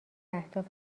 اهداف